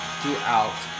throughout